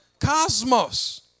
cosmos